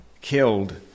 killed